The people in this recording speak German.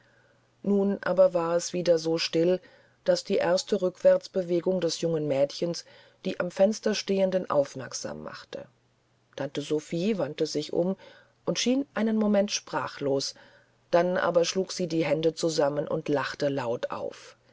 nun aber war es wieder so still daß die erste rückwärtsbewegung des jungen mädchens die am fenster stehenden aufmerksam machte tante sophie wandte sich um und schien einen moment sprachlos dann aber schlug sie die hände zusammen und lachte laut auf